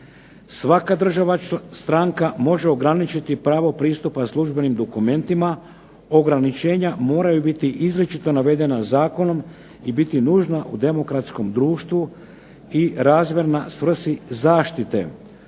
svaka država stranka može ograničiti pravo pristupa službenim dokumentima. Ograničenja moraju biti izričito navedena Zakonom i biti nužna u demokratskom društvu i razmjerna svrsi zaštite.